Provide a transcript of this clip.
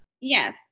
Yes